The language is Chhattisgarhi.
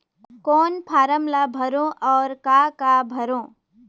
कौन फारम ला भरो और काका भरो?